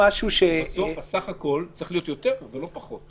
בסוף הסך הכול צריך להיות יותר ולא פחות.